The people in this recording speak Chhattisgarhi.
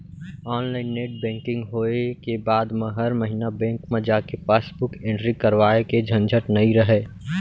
ऑनलाइन नेट बेंकिंग होय के बाद म हर महिना बेंक म जाके पासबुक एंटरी करवाए के झंझट नइ रहय